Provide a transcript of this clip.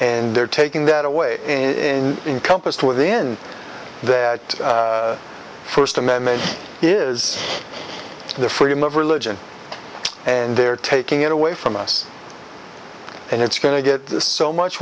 and they're taking that away and encompassed within that first amendment is the freedom of religion and they're taking it away from us and it's going to get this so much